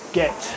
get